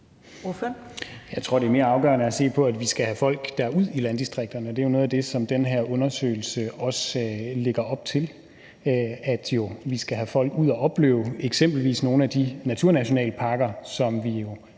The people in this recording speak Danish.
Jeg tror, det er mere afgørende at se på, at vi skal have folk ud i landdistrikterne. Det er jo noget af det, som den her undersøgelse også lægger op til, nemlig at vi skal have folk ud at opleve eksempelvis nogle af de naturnationalparker, som vi jo